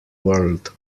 world